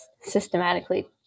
systematically